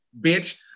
Bitch